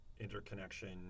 Interconnection